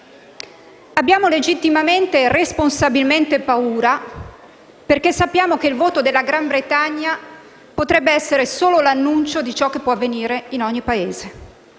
Abbiamo legittimamente e responsabilmente paura perché sappiamo che il voto del Regno Unito potrebbe essere solo l'annuncio di ciò che può avvenire in ogni Paese